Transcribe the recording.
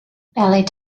ballet